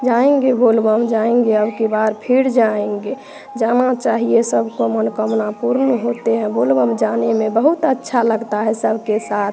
जाएंगे बोल बम जाएंगे अबकी बार फिर जाएंगे जाना चाहिए सबको मनोकामना पुर्ण होते हैं बोल बम जाने में बहुत अच्छा लगता है सबके साथ